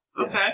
Okay